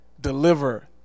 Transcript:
deliver